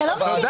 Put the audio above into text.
במודל